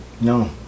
No